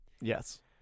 Yes